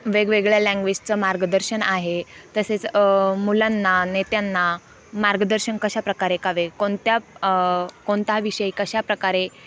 वेगवेगळ्या लँग्वेजचं मार्गदर्शन आहे तसेच मुलांना नेत्यांना मार्गदर्शन कशाप्रकारे करावे कोणत्या कोणता विषय कशाप्रकारे